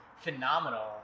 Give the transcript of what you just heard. phenomenal